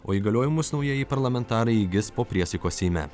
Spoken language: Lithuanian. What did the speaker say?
o įgaliojimus naujieji parlamentarai įgis po priesaikos seime